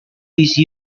please